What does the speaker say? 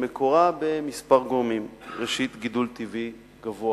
שמקורם בכמה גורמים: ראשית, גידול טבעי גבוה,